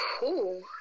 cool